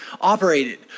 operated